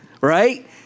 right